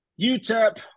utep